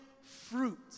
fruit